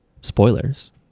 spoilers